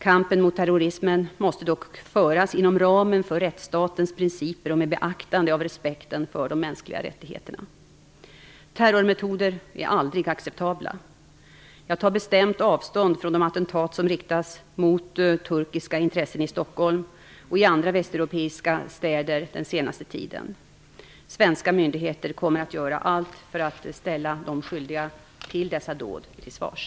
Kampen mot terrorismen måste dock föras inom ramen för rättsstatens principer och med beaktande av respekten för de mänskliga rättigheterna. Terrormetoder är aldrig acceptabla. Jag tar bestämt avstånd från de attentat som riktats mot turkiska intressen i Stockholm och i andra västeuropeiska städer den senaste tiden. Svenska myndigheter kommer att göra allt för att ställa de skyldiga till dessa dåd till svars.